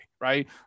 Right